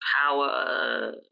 power